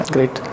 Great